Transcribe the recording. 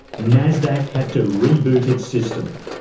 nasdaq had to reboot its system.